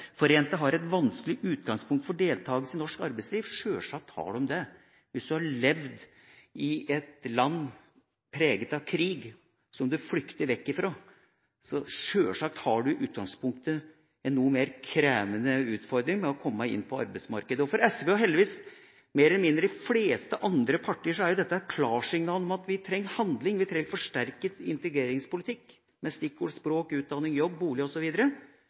og familiegjenforente har et vanskelig utgangspunkt for deltakelse i norsk arbeidsliv.» Sjølsagt har de det. Hvis du har levd i et land preget av krig, som du flykter fra, har du sjølsagt i utgangspunktet en noe mer krevende utfordring med hensyn til å komme inn på arbeidsmarkedet. For SV og heldigvis de fleste andre partier, mer eller mindre, er dette et klart signal om at vi trenger handling, vi trenger forsterket integreringspolitikk, med stikkord som språk, utdanning, jobb, bolig